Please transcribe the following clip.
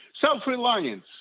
self-reliance